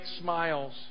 smiles